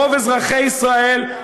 רוב אזרחי ישראל,